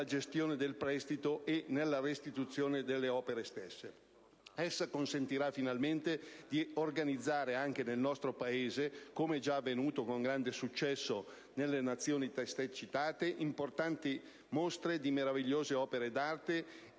gestione del prestito e nella restituzione delle stesse opere. Il provvedimento consentirà, finalmente, di organizzare anche nel nostro Paese - come è già avvenuto, con grande successo, nelle Nazioni testé citate - importanti mostre di meravigliose opere d'arte